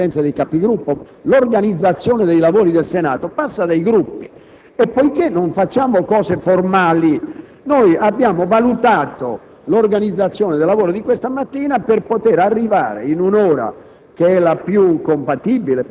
è in facoltà della Conferenza dei Capigruppo. L'organizzazione dei lavori del Senato passa per i Gruppi e, poiché non facciamo cose formali, abbiamo valutato l'organizzazione dei lavori di questa mattina al fine di arrivare alla